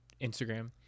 Instagram